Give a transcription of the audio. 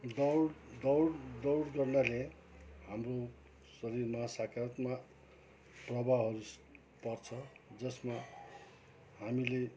दौड दौड दौड गर्नाले हाम्रो शरीरमा सकारात्मक प्रभावहरू पर्छ जसमा हामीले